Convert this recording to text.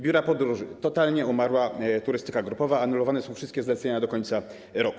Biura podróży - totalnie umarła turystyka grupowa, anulowane są wszystkie zlecenia do końca roku.